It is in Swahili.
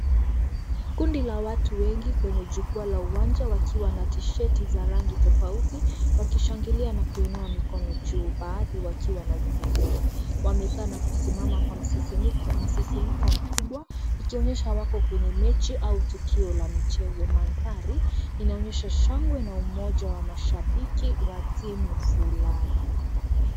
Kundi la watu wengi kwenye jukwaa la uwanja wakiwa na tisheti za rangi tofauti wakishangilia na kuinua mikono juu baadhi wakiwa na vuvuzela, wamekaa na kusimama kwa msisimko mkubwa ikionyesha wako kwenye mechi au tukio la michezo. Mandhari inaonyesha shangwe na umoja wa mashabiki wa timu fulani.